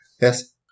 Yes